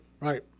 right